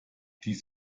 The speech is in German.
dies